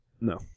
No